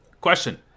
Question